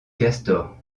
castor